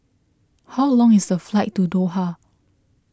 how long is the flight to Doha